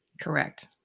Correct